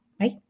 right